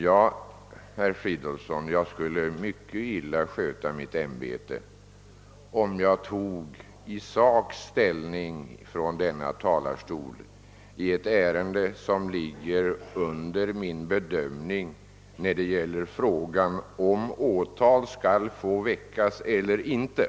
Men, herr Fridolfsson, jag skulle mycket illa sköta mitt ämbete, om jag från denna talarstol tog ställning i sak i ett ärende som ligger under min bedömning när det gäller, om åtal skall få väckas eller inte.